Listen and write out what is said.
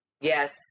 Yes